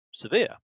severe